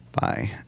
Bye